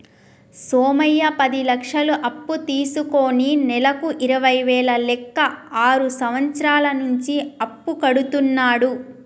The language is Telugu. సోమయ్య పది లక్షలు అప్పు తీసుకుని నెలకు ఇరవై వేల లెక్క ఆరు సంవత్సరాల నుంచి అప్పు కడుతున్నాడు